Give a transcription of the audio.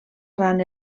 ran